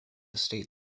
state